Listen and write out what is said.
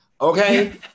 okay